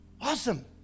Awesome